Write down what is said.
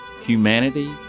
humanity